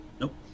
Nope